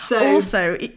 Also-